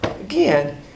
Again